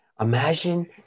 Imagine